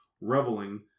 reveling